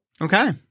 Okay